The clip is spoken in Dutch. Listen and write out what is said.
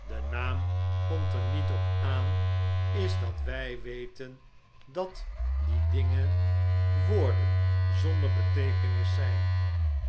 de naam komt er niet op aan is dat wij weten dat die dingen woorden zonder beteekenis zijn